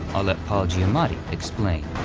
i'll let paul giamatti explain.